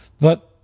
But-